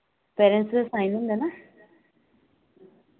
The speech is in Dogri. पेरेंट्स दे साइन होंदे ना